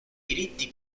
diritti